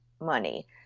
money